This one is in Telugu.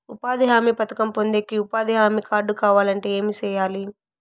ఉపాధి హామీ పథకం పొందేకి ఉపాధి హామీ కార్డు కావాలంటే ఏమి సెయ్యాలి?